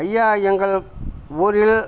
ஐயா எங்கள் ஊரில்